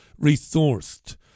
resourced